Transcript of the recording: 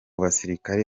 basirikare